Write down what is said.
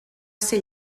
ser